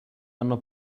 hanno